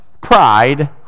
Pride